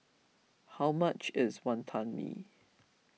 how much is Wantan Mee